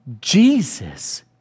Jesus